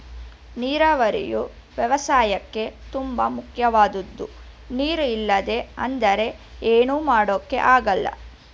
ನೀರಾವರಿಯು ವ್ಯವಸಾಯಕ್ಕೇ ತುಂಬ ಮುಖ್ಯವಾದದ್ದು ನೀರು ಇಲ್ಲ ಅಂದ್ರೆ ಏನು ಮಾಡೋಕ್ ಆಗಲ್ಲ